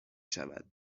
شود